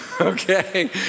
okay